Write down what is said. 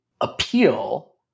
appeal